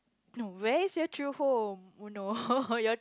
no where is your true home oh no your